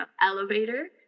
elevator